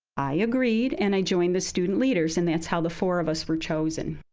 i agreed and i joined the student leaders, and that's how the four of us were chosen.